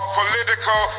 political